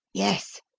yes!